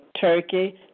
turkey